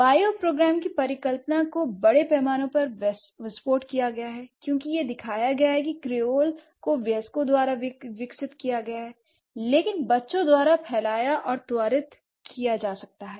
bioprogram की परिकल्पना को बड़े पैमाने पर विस्फोट किया गया है क्योंकि यह दिखाया गया है कि क्रियोल को वयस्कों द्वारा विकसित किया जा सकता है लेकिन बच्चों द्वारा फैलाया और त्वरित किया जा सकता है